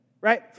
right